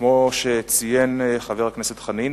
כמו שציין חבר הכנסת חנין,